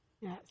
Yes